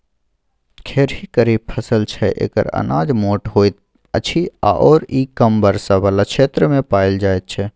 खेरही खरीफ फसल छै एकर अनाज मोट होइत अछि आओर ई कम वर्षा बला क्षेत्रमे पाएल जाइत छै